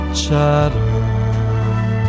chatter